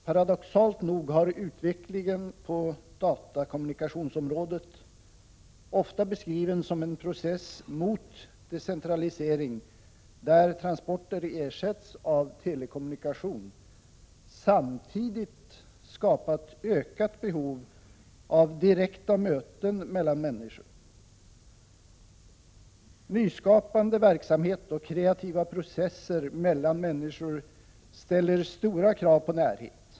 Paradoxalt nog har utvecklingen på datakommunikationsområdet, ofta beskriven som en process mot decentralisering där transporter ersätts av telekommunikation, samtidigt skapat ökat behov av direkta möten mellan människor. Nyskapande verksamhet och kreativa processer mellan människor ställer stora krav på närhet.